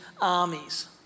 armies